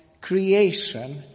creation